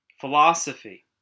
philosophy